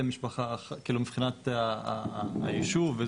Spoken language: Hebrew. מבחינת הישוב,